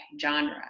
genre